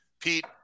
Pete